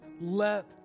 let